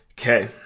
Okay